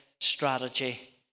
strategy